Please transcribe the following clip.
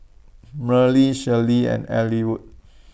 Merle Shelbie and Ellwood